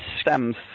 stems